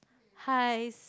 hi